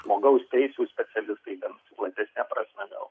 žmogaus teisių specialistai ten platesne prasme gal